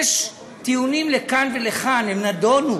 יש טיעונים לכאן ולכאן, הם נדונו,